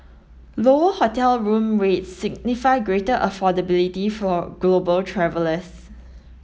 lower hotel room rates signify greater affordability for global travellers